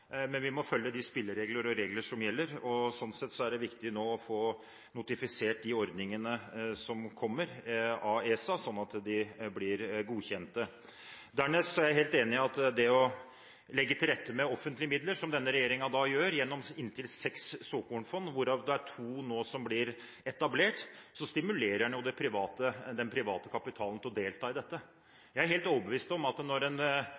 Men vi må følge de spilleregler og regler som gjelder. Sånn sett er det nå viktig å få notifisert de ordningene som kommer, av ESA, sånn at de blir godkjent. Dernest er jeg helt enig i at man ved å legge til rette med offentlige midler, som denne regjeringen gjør gjennom inntil seks såkornfond, hvorav to nå blir etablert, stimulerer den private kapitalen til å delta i dette. Jeg er helt overbevist om at når